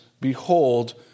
behold